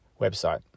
website